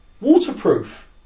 waterproof